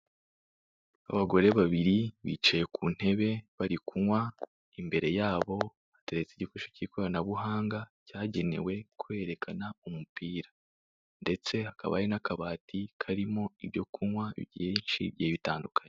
Abagore babiri bicaye ku ntebe bari kunywa imbere yabo hateretse igikoresho k'ikoranabuhanga cyagenewe kwerekana umupira ndetse hakaba hari n'akabati karimo ibyo kunywa byinshi bigiye bitandukanye.